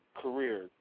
career